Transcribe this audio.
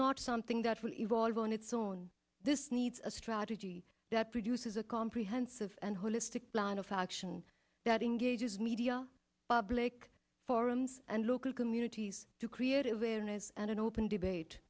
not something that will evolve on its own this needs a strategy that produces a comprehensive and holistic plan of action that engages media public forums and local communities to create awareness and in open debate